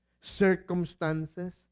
circumstances